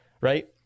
right